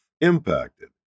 impacted